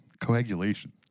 Coagulation